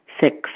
Six